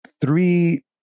three